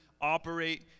operate